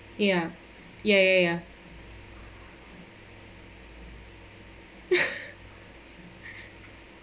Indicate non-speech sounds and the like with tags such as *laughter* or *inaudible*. ya ya ya ya *laughs*